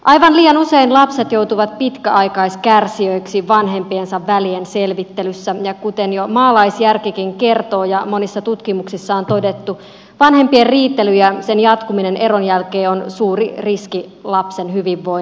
aivan liian usein lapset joutuvat pitkäaikaiskärsijöiksi vanhempiensa välienselvittelyssä ja kuten jo maalaisjärkikin kertoo ja monissa tutkimuksissa on todettu vanhempien riitely ja sen jatkuminen eron jälkeen on suuri riski lapsen hyvinvoinnille